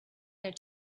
their